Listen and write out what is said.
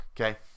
Okay